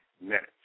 minutes